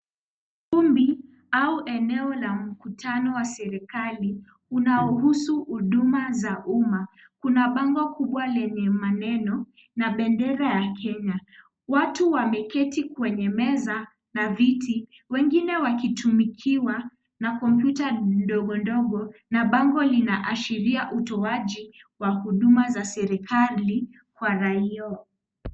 Kundi au eneo la mkutano wa serekali unaohusu huduma za umma. Kuna bango kubwa lenye maneno na bendera ya Kenya. Watu wameketi kwenye meza na viti, wengine wakitumikiwa na kompyuta ndogo ndogo na bango linaashiria utoaji wa huduma za serikali kwa raia.